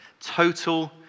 Total